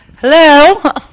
Hello